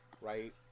right